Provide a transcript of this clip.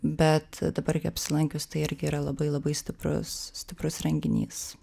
bet dabar gi apsilankius tai irgi yra labai labai stiprus stiprus renginys